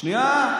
שנייה.